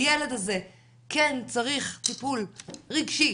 הילד הזה כן צריך טיפול רגשי,